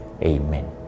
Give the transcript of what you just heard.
Amen